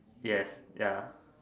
yes ya